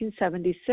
1976